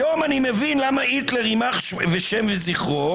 היום אני מבין למה היטלר יימח ושם זיכרו